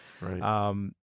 Right